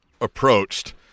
approached